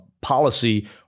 policy